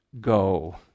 go